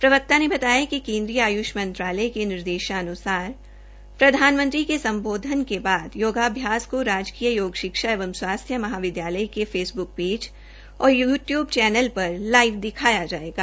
प्रवक्ता ने बताया कि केन्द्रीय आयूष मंत्रालय के निर्देशानुसार प्रधानमंत्री के संबोधन के बाद योगाभ्यास को राजकीय योग शिक्षा एवं स्वास्थ्य महाविद्यालय के फेसबुक पेज और यूट्यूब चैनल पर लाइव दिखाया जायेगा